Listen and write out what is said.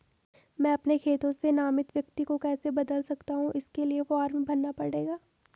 मैं अपने खाते से नामित व्यक्ति को कैसे बदल सकता हूँ इसके लिए फॉर्म भरना पड़ेगा?